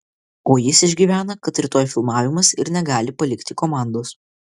o jis išgyvena kad rytoj filmavimas ir negali palikti komandos